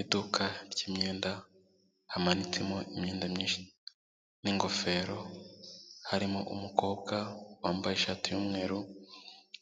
Iduka ry'imyenda hamanitsemo imyenda myinshi n'ingofero, harimo umukobwa wambaye ishati y'umweru,